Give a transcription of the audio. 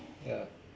ya